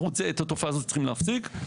את התופעה הזאת צריכים להפסיק.